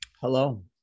Hello